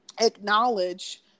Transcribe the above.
acknowledge